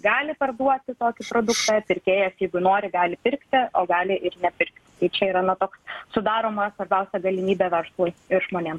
gali parduoti tokį produktą pirkėjas jeigu nori gali pirkti o gali ir nepirkti tai čia yra nu toks sudaroma svarbiausia galimybė verslui ir žmonėm